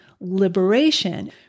liberation